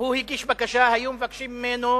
הוא הגיש בקשה, היו מבקשים ממנו